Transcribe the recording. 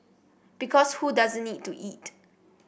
because who doesn't need to eat